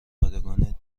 پادگان